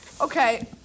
okay